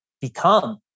become